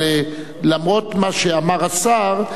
אבל למרות מה שאמר השר,